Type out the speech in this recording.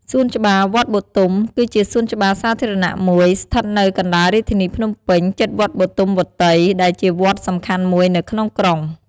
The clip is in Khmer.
សួនច្បារវត្តបុទុម គឺជាសួនច្បារសាធារណៈមួយស្ថិតនៅកណ្តាលរាជធានីភ្នំពេញ ជិតវត្តបុទុមវត្តី ដែលជាវត្តសំខាន់មួយនៅក្នុងក្រុង។